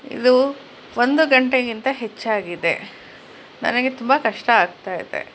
ಇದು ಒಂದು ಗಂಟೆಗಿಂತ ಹೆಚ್ಚಾಗಿದೆ ನನಗೆ ತುಂಬ ಕಷ್ಟ ಆಗ್ತಾಯಿದೆ